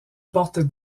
porte